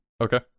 Okay